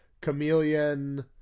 Chameleon